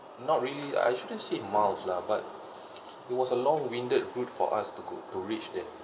not really I shouldn't say miles lah but it was a long winded route for us to go to reach that